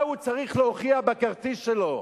מה הוא צריך להוכיח בכרטיס שלו?